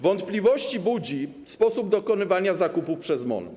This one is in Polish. Wątpliwości budzi sposób dokonywania zakupów przez MON.